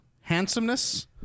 handsomeness